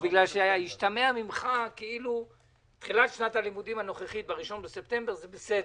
השתמע מדבריך כאילו בתחילת שנת הלימודים הנוכחית ב-1 בספטמבר זה בסדר.